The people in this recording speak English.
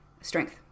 Strength